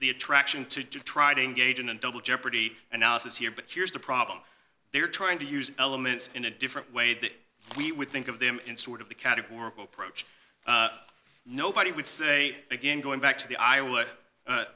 the attraction to try to engage in a double jeopardy analysis here but here's the problem they're trying to use elements in a different way that we would think of them in sort of the categorical approach nobody would say again going back to the i